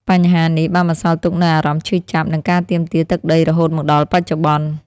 បញ្ហានេះបានបន្សល់ទុកនូវអារម្មណ៍ឈឺចាប់ និងការទាមទារទឹកដីរហូតមកដល់បច្ចុប្បន្ន។